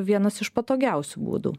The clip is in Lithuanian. vienas iš patogiausių būdų